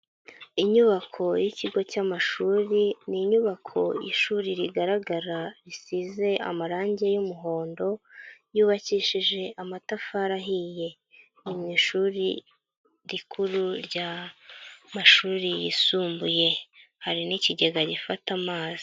Inyubako y'ikigo cy'amashuri ni inyubako y'ishuri rigaragara risize amarangi y'umuhondo, yubakishije amatafari ahiye mu ishuri rikuru ry'amashuri yisumbuye, hari n'ikigega gifata amazi.